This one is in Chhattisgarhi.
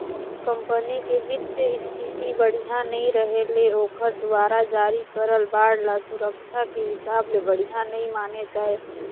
कंपनी के बित्तीय इस्थिति बड़िहा नइ रहें ले ओखर दुवारा जारी करल बांड ल सुरक्छा के हिसाब ले बढ़िया नइ माने जाए